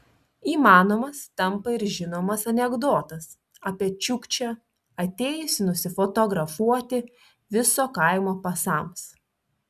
įmanomas tampa ir žinomas anekdotas apie čiukčią atėjusį nusifotografuoti viso kaimo pasams